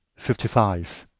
fifty five.